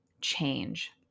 change